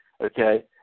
okay